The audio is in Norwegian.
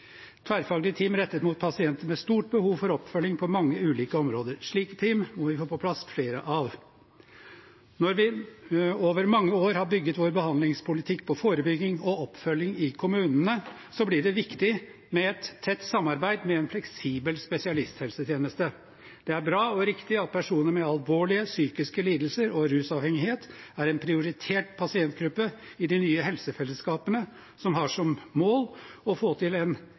rettet mot pasienter med stort behov for oppfølging på mange ulike områder. Slike team må vi ha på plass flere av. Når vi over mange år har bygget vår behandlingspolitikk på forebygging og oppfølging i kommunene, blir det viktig med et tett samarbeid med en fleksibel spesialisthelsetjeneste. Det er bra og riktig at personer med alvorlige psykiske lidelser og rusavhengighet er en prioritert pasientgruppe i de nye helsefellesskapene, som har som mål å få til en